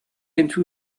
into